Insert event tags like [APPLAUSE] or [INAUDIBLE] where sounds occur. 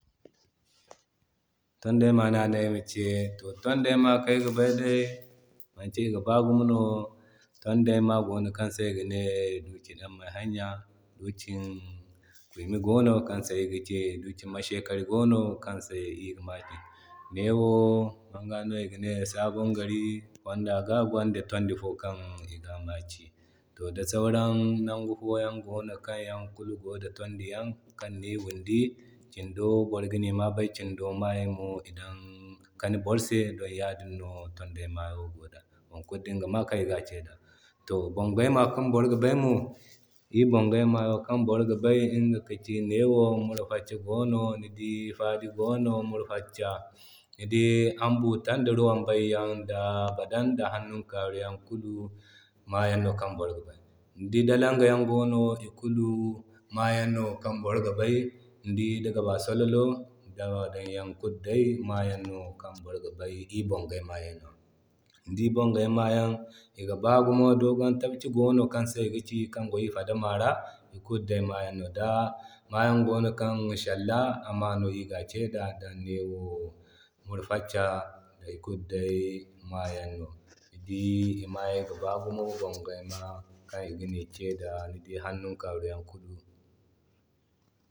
[NOISE] Tondey ma no ane ayma ke. To tondey kaŋ ayga bay day manki iga baa gumo no. Tonde maa gono kan se igane Burkina-may-haɲa, duki mashekau gono kan se iri ga make. Ne wo manga no iga ne [HESITATION] sabongari Fonda bon gwanda tondi fo kan iga ke. To da sauran noŋgu foyaŋ kan gwanda tondiyaŋ kanni iri windi. Kindo boro gani bay kindo maayo mo i kani boro se, don ya din no tonday maayo gonan da, wokulu dinga mayo kan iga ke da. To bongey ma kan boro ga bay mo iri bongey ma kan boro ga bay inga ka ci murfaca gono ni dii fadi gono murfaca ni dii amburtanda ruwan ŋda hannuna karuwaay kulu maa yan no kan boro ga bay. Ni dii dalanga yaŋ gono ikulu mayaŋ no kan boro ga bay. Ni dii dagaba-salalo dawa day kulu day maa yan no kan boro ga bay iri bongay ma no. Ni dii bongay mayay iga baa gumo, dogon tafci gono kanse iga ci kan go i fadama ra, ikulu day mayay no. Da mayaŋ gono kaŋ shalla amano kan iri ga ke da don ne wo murfaca da ikulu day mayan no. Ni dii i mayo ga ba gumo, dangana kan igani ke da, ni dii hannuna karuwaay kulu. [NOISE]